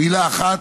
מילה אחת,